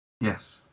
Yes